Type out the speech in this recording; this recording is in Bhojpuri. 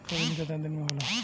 कटनी केतना दिन में होला?